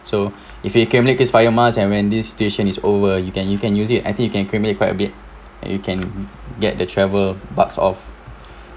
so if you accumulate krisflyer miles and when this station is over you can you can use it I think you can accumulate quite a bit and you can get the travel bugs off